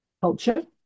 culture